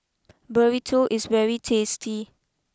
Burrito is very tasty